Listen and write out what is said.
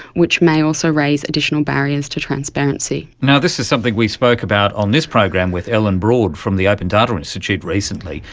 which may also raise additional barriers to transparency. this is something we spoke about on this program with ellen broad from the open data institute recently.